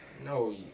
No